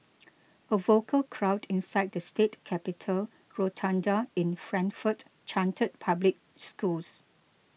a vocal crowd inside the state capitol rotunda in Frankfort chanted public schools